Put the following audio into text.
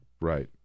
Right